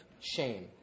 shame